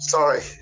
Sorry